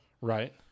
Right